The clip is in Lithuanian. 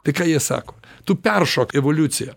tai ką jie sako tu peršok evoliuciją